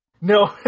No